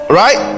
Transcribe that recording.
right